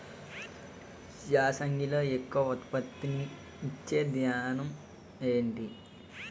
యాసంగిలో ఎక్కువ ఉత్పత్తిని ఇచే ధాన్యం ఏంటి?